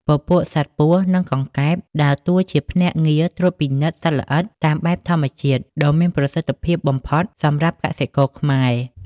ពពួកសត្វពស់ និងកង្កែបដើរតួជាភ្នាក់ងារត្រួតពិនិត្យសត្វល្អិតតាមបែបធម្មជាតិដ៏មានប្រសិទ្ធភាពបំផុតសម្រាប់កសិករខ្មែរ។